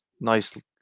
nice